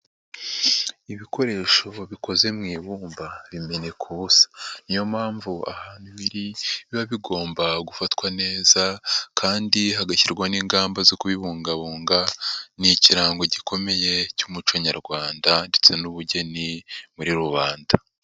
Ibikoresho bikoze mu ibumba bimeneka ubusa, niyo mpamvu ahantu biri biba bigomba gufatwa neza kandi hagashyirwa n'ingamba zo kubibungabunga, ni ikirango gikomeye cy'umuco nyarwanda ndetse n'ubugeni muri rubanda.